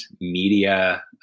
media